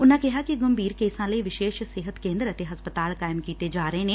ਉਨੂਾਂ ਕਿਹਾ ਕਿ ਗੰਭੀਰ ਕੇਸਾਂ ਲਈ ਵਿਸ਼ੇਸ਼ ਸਿਹਤ ਕੇ'ਦਰ ਅਤੇ ਹਸਪਤਾਲ ਕਾਇਮ ਕੀਤੇ ਜਾ ਰਹੇ ਨੇ